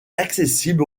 accessible